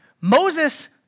Moses